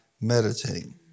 meditating